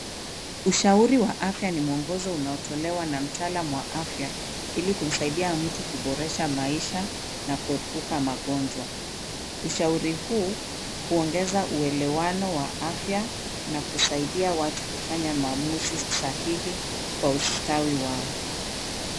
Ushauri wa afya ni muongozo unaotolewa na mtaalamu wa afya ili kumsaidia mtu kuboresha maisha na kuepuka magonjwa, ushauri huu huongeza uwelewano wa afya na kusaidia watu kufanya maamuzi sahihi kwa ustawi wao.